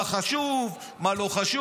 מה חשוב, מה לא חשוב.